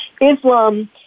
Islam